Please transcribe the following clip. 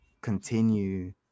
continue